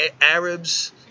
Arabs